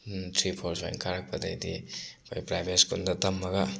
three four ꯁꯨꯃꯥꯏꯅ ꯀꯥꯔꯛꯄꯗꯩꯗꯤ ꯑꯩꯈꯣꯏ ꯄ꯭ꯔꯥꯏꯕꯦꯠ ꯁ꯭ꯀꯨꯜꯗ ꯇꯝꯃꯒ